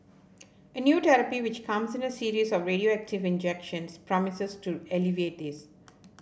a new therapy which comes in a series of radioactive injections promises to alleviate this